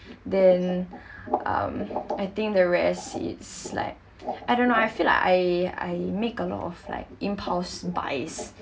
then um I think the rest is like I don't know I feel like I I make a lot of like impulse buys